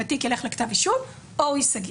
אם התיק ילך לכתב אישום או שהוא ייסגר.